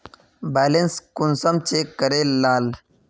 Balance कुंसम check करे लाल?